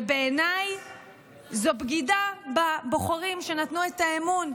ובעיניי זו בגידה בבוחרים שנתנו את האמון.